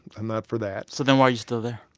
i'm not for that so then why are you still there?